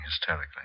hysterically